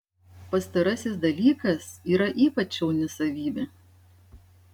pastarasis dalykas yra ypač šauni savybė